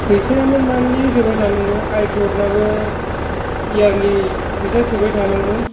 फैसायानो मान्थलि हिसाबै थानांगौ आयक्लावड नाबो यारलि फैसा सोबाय थानांगौ